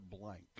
Blank